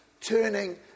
turning